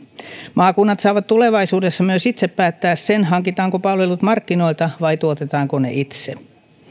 maakunnat saavat tulevaisuudessa myös itse päättää sen hankitaanko palvelut markkinoilta vai tuotetaanko ne itse